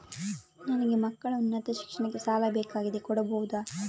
ನನಗೆ ಮಕ್ಕಳ ಉನ್ನತ ಶಿಕ್ಷಣಕ್ಕೆ ಸಾಲ ಬೇಕಾಗಿದೆ ಕೊಡಬಹುದ?